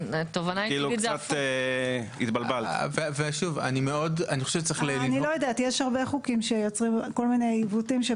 יש כל מיני חוקים שיוצרים עיוותים.